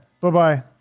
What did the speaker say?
Bye-bye